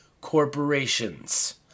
corporations